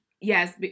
Yes